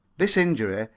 this injury,